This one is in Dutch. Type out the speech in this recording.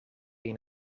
een